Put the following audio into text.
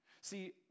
See